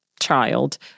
child—